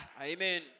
Amen